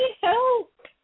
help